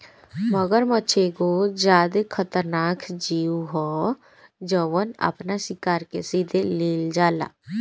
मगरमच्छ एगो ज्यादे खतरनाक जिऊ ह जवन आपना शिकार के सीधे लिल जाला